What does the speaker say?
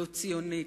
לא ציונית,